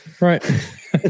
right